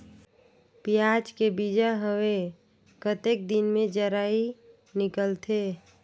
पियाज के बीजा हवे कतेक दिन मे जराई निकलथे?